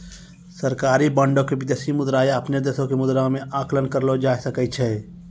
सरकारी बांडो के विदेशी मुद्रा या अपनो देशो के मुद्रा मे आंकलन करलो जाय सकै छै